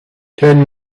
ten